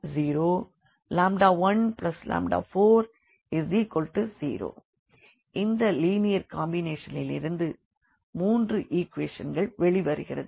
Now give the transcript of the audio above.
12340120λ140 இந்த linear combination லிருந்து மூன்று ஈக்வேஷன்கள் வெளிவருகிறது